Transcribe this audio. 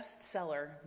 bestseller